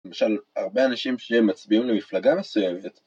‫למשל, הרבה אנשים שמצביעים ‫למפלגה מסוימת...